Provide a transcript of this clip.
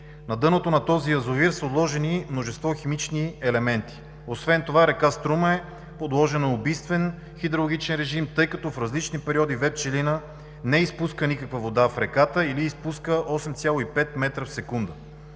На дъното на този язовир са отложени множество химични елементи. Освен това р. Струма е подложена на убийствен хидрологичен режим, тъй като в различни периоди ВЕЦ „Пчелина“ не изпуска никаква вода в реката или изпуска 8.5 куб. метра в секунда.